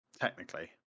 technically